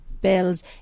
bills